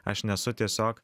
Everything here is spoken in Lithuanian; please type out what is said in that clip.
aš nesu tiesiog